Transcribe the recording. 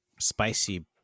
spicy